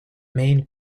main